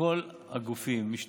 כל הגופים, משטרה,